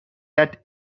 that